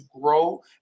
grow